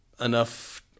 enough